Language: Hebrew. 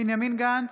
בנימין גנץ,